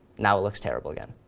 now it looks terrible again.